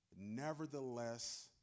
Nevertheless